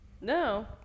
No